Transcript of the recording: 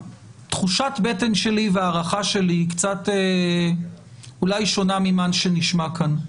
תחושת הבטן שלי והערכה שלי היא קצת אולי שונה ממה שנשמע כאן.